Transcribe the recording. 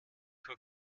vor